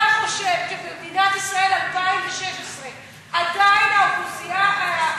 אתה חושב שבמדינת ישראל 2016 עדיין יוצאי אתיופיה,